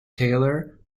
taylor